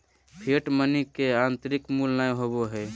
fiat money के आंतरिक मूल्य नय होबो हइ